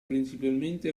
principalmente